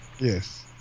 Yes